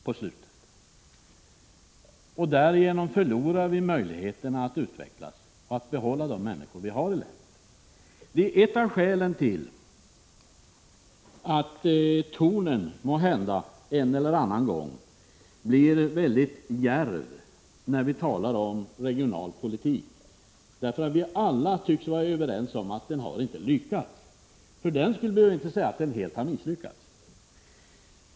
Därigenom skulle vi förlora möjligheterna att utvecklas och att behålla de människor vi har i länet. Detta är ett av skälen till att tonen måhända en eller annan gång blir väldigt kärv, när vi talar om regionalpolitik. Vi tycks alla vara överens om att regionalpolitiken inte har lyckats. För den skull behöver vi inte säga att den helt har misslyckats.